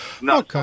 No